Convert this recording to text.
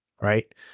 right